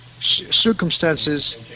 circumstances